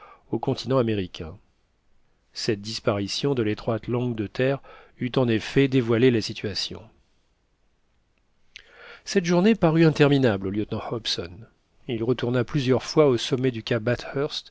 au continent américain cette disparition de l'étroite langue de terre eût en effet dévoilé la situation cette journée parut interminable au lieutenant hobson il retourna plusieurs fois au sommet du cap